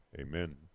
amen